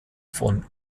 von